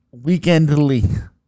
Weekendly